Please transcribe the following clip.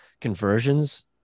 conversions